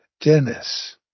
Dennis